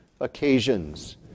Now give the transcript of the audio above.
occasions